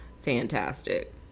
fantastic